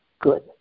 good